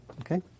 okay